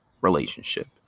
relationship